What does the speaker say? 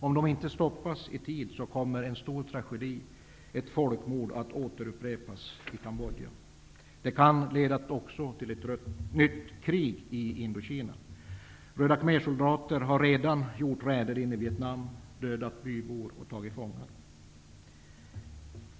Om de inte stoppas i tid kommer en stor tragedi, ett folkmord, att återupprepas i Kambodja. Det kan också leda till ett nytt krig i Indokina. Röda khmer-soldater har redan utfört räder i Vietnam, dödat bybor och tagit fångar.